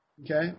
okay